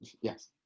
Yes